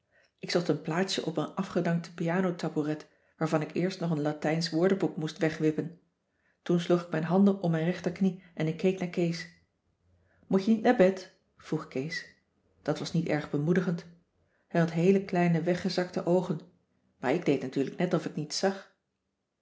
ik zocht een plaatsje op een afgedankte piano tabouret waarvan ik eerst nog een latijnsch woordenboek moest wegwippen toen sloeg ik mijn handen om mijn rechterknie en ik keek naar kees moet je niet naar bed vroeg kees dat was niet erg bemoedigend hij had heele kleine weggezakte oogen maar ik deed natuurlijk net of ik niets zag